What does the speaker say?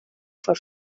for